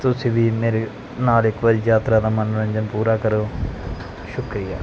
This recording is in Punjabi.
ਤੁਸੀਂ ਵੀ ਮੇਰੇ ਨਾਲ ਇੱਕ ਵਾਰ ਯਾਤਰਾ ਦਾ ਮਨੋਰੰਜਨ ਪੂਰਾ ਕਰੋ ਸ਼ੁਕਰੀਆ